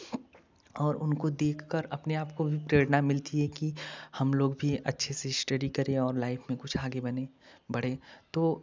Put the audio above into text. और उनको देख कर अपने आप को भी प्रेरणा मिलती है कि हम लोग भी अच्छे से स्टडी करें और लाइफ में कुछ आगे बने बढ़े तो